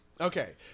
okay